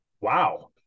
wow